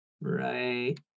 Right